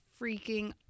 freaking